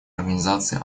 организации